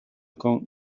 con